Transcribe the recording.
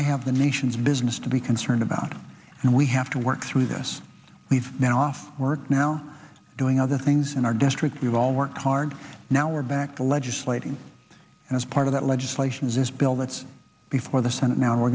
i have the nation's business to be concerned about and we have to work through this we've now off work now doing other things in our district we've all worked hard now we're back to legislating and as part of that legislation is this bill that's before the senate now and we're